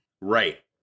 Right